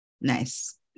Nice